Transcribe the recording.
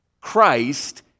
Christ